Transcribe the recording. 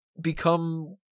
become